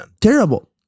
Terrible